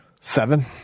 Seven